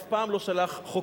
אף פעם לא שלח חוקרים,